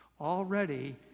already